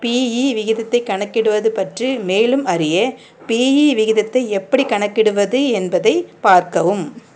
BE விகிதத்தை கணக்கிடுவது பற்றி மேலும் அறிய பிஇ விகிதத்தை எப்படிக் கணக்கிடுவது என்பதை பார்க்கவும்